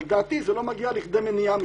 אבל לדעתי זה לא מגיע לכדי מניעה משפטית,